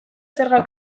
zerga